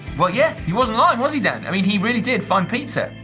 well yeah, he wasn't lying, was he, dan? i mean he really did find pizza.